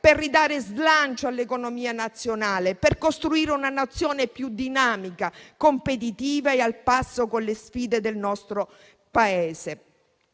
per ridare slancio all'economia nazionale, per costruire una Nazione più dinamica, competitiva e al passo con le sfide del nostro Paese.